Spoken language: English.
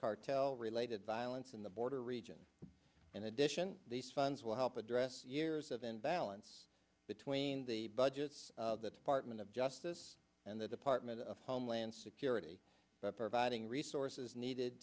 cartel related violence in the border region and addition these funds will help address years of imbalance between the budgets of the department of justice and the department of homeland security providing resources needed